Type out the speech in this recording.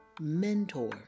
Mentor